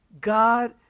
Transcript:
God